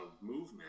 movement